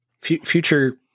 future